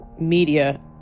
media